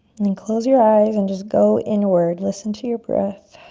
and then close your eyes, and just go inward. listen to your breath.